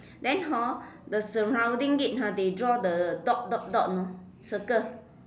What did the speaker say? than hor the surrounding it ah they draw the dot dot dot you know circle